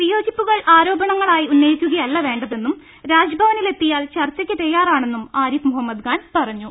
വിയോജിപ്പുകൾ ആരോ പണങ്ങളായി ഉന്നയിക്കുകയല്ല വേണ്ടതെന്നും രാജ്ഭവനിലെത്തി യാൽ ചർച്ചയ്ക്ക് തയ്യാറാണെന്നും ആരിഫ് മുഹമ്മദ് ഖാൻ പറ ഞ്ഞു